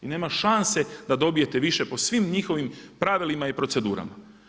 I nema šanse da dobijete više po svim njihovim pravilima i procedurama.